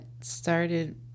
started